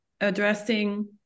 addressing